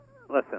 Listen